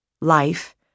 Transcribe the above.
life